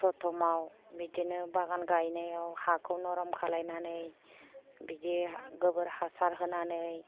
प्रथमाव बिदिनो बागान गायनायाव हाखौ नरम खालामनानै बिदि गोबोर हासार होनानै